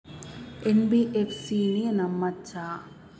NBFC ని నమ్మచ్చా?